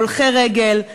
הולכי רגל,